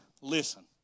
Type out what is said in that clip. listen